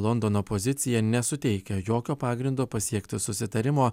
londono pozicija nesuteikia jokio pagrindo pasiekti susitarimo